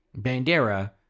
Bandera